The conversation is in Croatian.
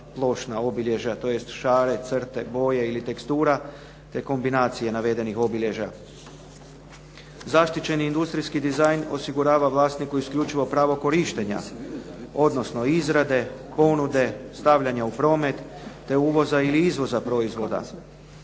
plošna obilježja, tj. šare, crte, boje ili tekstura te kombinacije navedenih obilježja. Zaštićeni industrijski dizajn osigurava vlasniku isključivo pravo korištenja odnosno izrade, ponude, stavljanja u promet te uvoza ili izvoza proizvoda.